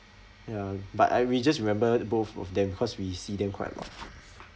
ya but I we just remember both of them because we see them quite a lot